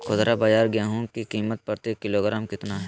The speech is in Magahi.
खुदरा बाजार गेंहू की कीमत प्रति किलोग्राम कितना है?